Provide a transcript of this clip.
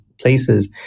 places